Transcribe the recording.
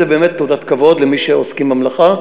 זו באמת תעודת כבוד למי שעוסקים במלאכה,